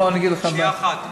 בוא, אני אגיד לך, שנייה אחת.